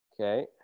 Okay